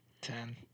Ten